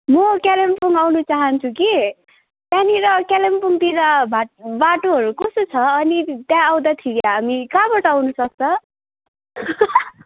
म कालिम्पोङ आउन चाहन्छु कि त्यहाँनिर कालिम्पोङतिर बाटो बाटोहरू कस्तो छ अनि त्यहाँ आउँदाखेरि हामी कहाँबाट आउनसक्छौँ